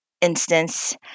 instance